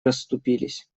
расступились